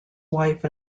wife